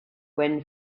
when